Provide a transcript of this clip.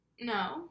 No